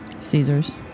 Caesars